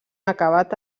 acabat